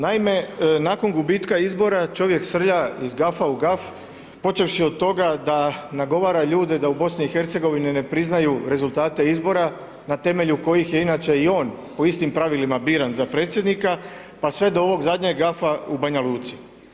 Naime, nakon gubitka izbora, čovjek srlja iz gafa u gaf počevši od toga da nagovara ljude da u BiH-u ne priznaju rezultate izbora na temelju kojih je inače i on po istim pravilima biran za predsjednika pa sve do ovog zadnjeg gafa u Banja Luci.